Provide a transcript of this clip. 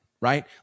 right